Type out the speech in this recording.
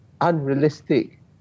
unrealistic